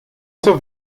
zur